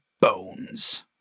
bones